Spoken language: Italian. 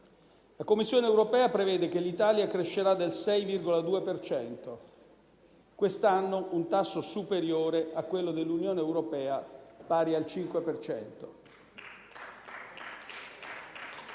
La Commissione europea prevede che l'Italia crescerà del 6,2 per cento quest'anno, un tasso superiore a quello dell'Unione europea, pari al 5